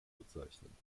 bezeichnen